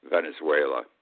Venezuela